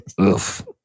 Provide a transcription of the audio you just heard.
Oof